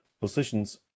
positions